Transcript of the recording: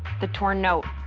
the torn note.